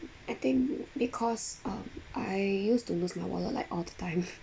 I think because um I used to lose my wallet like all the time